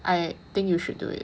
I think you should do it